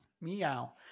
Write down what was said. Meow